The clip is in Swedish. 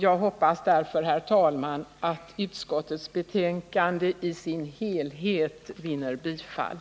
Jag hoppas därför, herr talman, att utskottets hemställan i sin helhet vinner bifall.